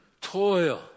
toil